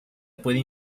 puede